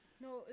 No